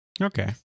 Okay